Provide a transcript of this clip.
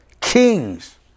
Kings